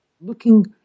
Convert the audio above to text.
looking